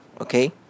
okay